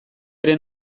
ere